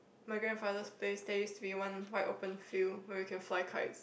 my grandfather space stays with one wide open field where we can fly kite